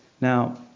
Now